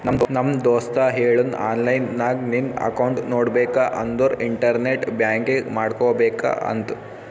ನಮ್ ದೋಸ್ತ ಹೇಳುನ್ ಆನ್ಲೈನ್ ನಾಗ್ ನಿಂದ್ ಅಕೌಂಟ್ ನೋಡ್ಬೇಕ ಅಂದುರ್ ಇಂಟರ್ನೆಟ್ ಬ್ಯಾಂಕಿಂಗ್ ಮಾಡ್ಕೋಬೇಕ ಅಂತ್